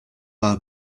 our